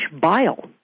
bile